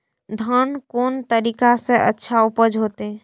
धान कोन तरीका से अच्छा उपज होते?